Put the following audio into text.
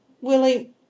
Willie